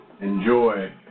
Enjoy